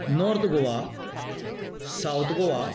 north Goa south Goa